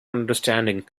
understanding